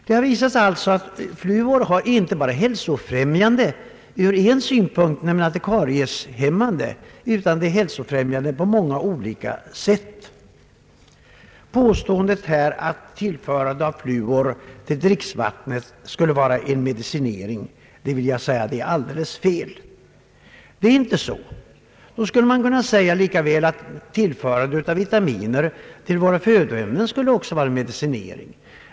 Fluor är alltså hälsofrämjande inte bara ur en synpunkt, nämligen att vara karieshämmande, utan på många olika sätt. Påståendet att tillförandet av fluor till dricksvattnet skulle vara en medicinering vill jag påstå är alldeles fel. Det är inte så. Då skulle man lika väl kunna säga att tillförandet av vitaminer till vissa födoämnen skulle vara en medicinering.